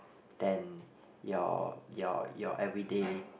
than your your your every day